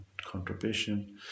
contribution